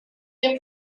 paul